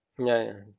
yeah yeah